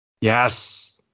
Yes